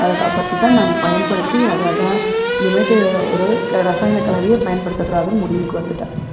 அதை பற்றிதான் நான் பயன்படுத்தி அதோடய இனிமேட்டு ஒரு ரசாயன கலவையை பயன்படுத்தக்கூடாதுன்னு முடிவுக்கு வந்துவிட்டேன்